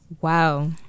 Wow